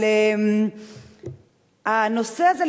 הנושא הזה,